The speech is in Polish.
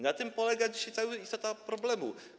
Na tym polega dzisiaj istota problemu.